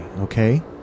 okay